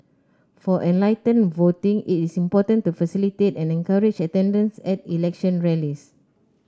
for enlightened voting it is important to facilitate and encourage attendance at election rallies